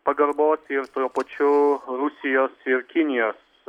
pagarbos ir tuo pačiu rusijos ir kinijos